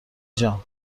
جان